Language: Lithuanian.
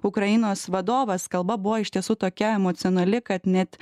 ukrainos vadovas kalba buvo iš tiesų tokia emocionali kad net